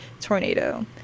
tornado